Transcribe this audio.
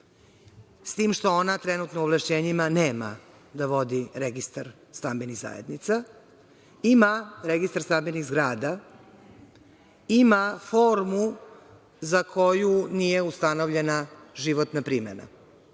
S tim što ona trenutno u ovlašćenjima nema da vodi registar stambenih zajednica. Ima registar stambenih zgrada, ima formu za koju nije ustanovljena životna primena.